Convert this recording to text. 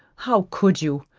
how could you,